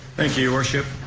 thank you, your worship.